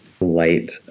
light